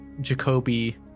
Jacoby